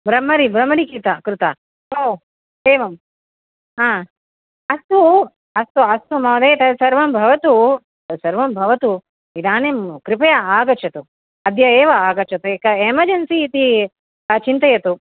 भ्रमरी भ्रमरी कृता कृता हो एवं हा अस्तु अस्तु अस्तु महोदय तत् सर्वं भवतु तत् सर्वं भवतु इदानीं कृपया आगच्छतु अद्य एव आगच्छतु एक एमर्जेन्सि इति चिन्तयतु